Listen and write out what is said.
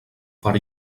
per